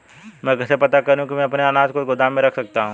मैं कैसे पता करूँ कि मैं अपने अनाज को गोदाम में रख सकता हूँ?